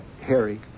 harry